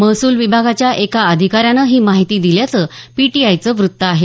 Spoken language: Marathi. महसूल विभागाच्या एका अधिकाऱ्यानं ही माहिती दिल्याचं पीटीआयचं वेत्त आहे